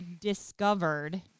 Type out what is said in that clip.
discovered